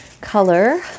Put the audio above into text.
color